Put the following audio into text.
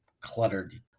cluttered